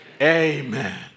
Amen